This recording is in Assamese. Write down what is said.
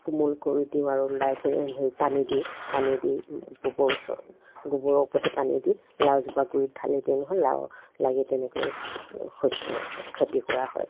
কোমল কৰি দিওঁ আৰু লাওখিনি পানী দিওঁ পানী দি গোবৰ ওচ গোবৰৰ ওপৰতে পানী দি লাওজোপা গুৰিত ঢালি দিওঁ নহয় লাও লাগি তেনেকৈ শস্য খেতি কৰা হয়